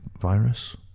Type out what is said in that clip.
virus